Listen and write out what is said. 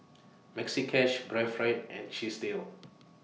Maxi Cash Breathe Right and Chesdale